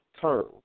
term